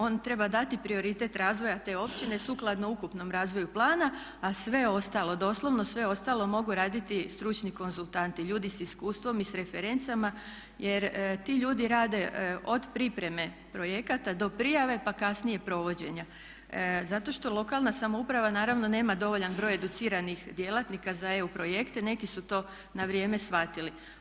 On treba dati prioritet razvoja te općine sukladno ukupnom razvoju plana a sve ostalo, doslovno sve ostalo mogu raditi stručni konzultanti, ljudi s iskustvom i referencama jer ti ljudi rade od pripreme projekata do prijave pa kasnije provođenja zato što lokalna samouprava naravno nema dovoljan broj educiranih djelatnika za EU projekte, neki su to na vrijeme shvatili.